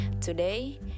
Today